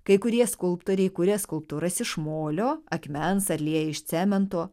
kai kurie skulptoriai kuria skulptūras iš molio akmens ar lieja iš cemento